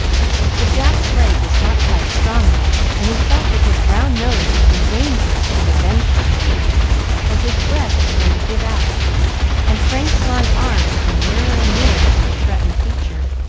but jack's leg was not quite strong yet, and he felt that his round nose was in danger of a vengeful tweak as his breath began to give out and frank's long arms drew nearer and nearer to the threatened feature.